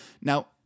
Now